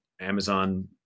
Amazon